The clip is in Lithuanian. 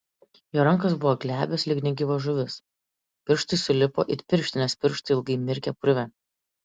jo rankos buvo glebios lyg negyva žuvis pirštai sulipo it pirštinės pirštai ilgai mirkę purve